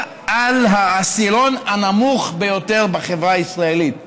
על העשירון הנמוך ביותר בחברה הישראלית,